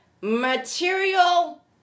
Material